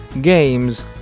games